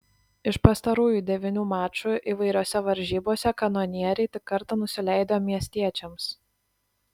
iš pastarųjų devynių mačų įvairiose varžybose kanonieriai tik kartą nusileido miestiečiams